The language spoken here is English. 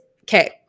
okay